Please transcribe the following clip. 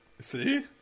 See